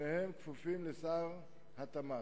שניהם כפופים לשר התמ"ת.